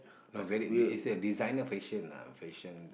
no very it's a designer fashion lah fashion